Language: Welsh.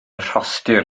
rhostir